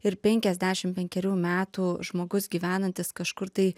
ir penkiasdešim penkerių metų žmogus gyvenantis kažkur tai